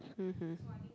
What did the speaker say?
mmhmm